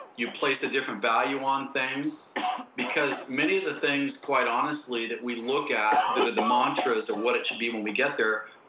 you place a different value on things because many of the things, quite honestly, that we look at, the the mantras of what it should be when we get there,